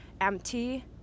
empty